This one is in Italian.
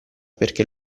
perché